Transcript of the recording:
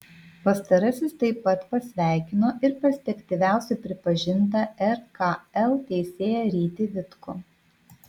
pastarasis taip pat pasveikino ir perspektyviausiu pripažintą rkl teisėją rytį vitkų